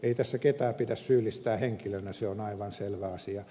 ei tässä ketään pidä syyllistää henkilönä se on aivan selvä asia